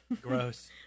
Gross